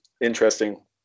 interesting